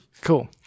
Cool